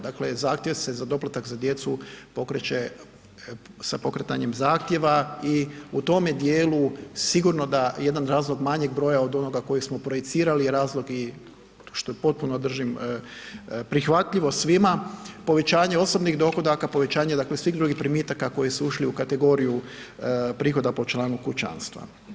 Dakle, zahtjev se za doplatak za djecu pokreće sa pokretanjem zahtjeva i u tome dijelu sigurno da jedan razlog manjeg broja od onoga kojeg smo projicirali je razlog i što potpuno držim prihvatljivo svima, povećanje osobnih dohodaka, povećanje, dakle svih drugih primitaka koji su ušli u kategoriju prihoda po članu kućanstva.